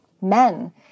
men